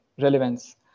relevance